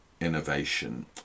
innovation